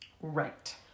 Right